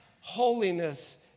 holiness